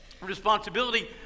responsibility